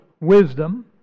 wisdom